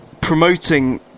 promoting